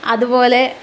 അതുപോലെ